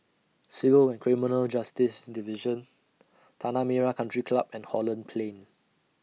Civil and Criminal Justice Division Tanah Merah Country Club and Holland Plain